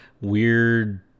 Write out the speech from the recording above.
weird